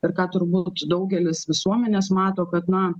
ir ką turbūt daugelis visuomenės mato kad na